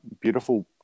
beautiful